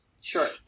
Sure